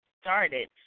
started